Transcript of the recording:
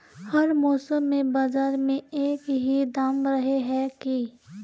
हर मौसम में बाजार में एक ही दाम रहे है की?